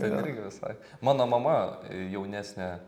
ten irgi visai mano mama jaunesnė